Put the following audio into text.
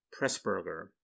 Pressburger